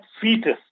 fetus